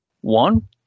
One